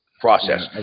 process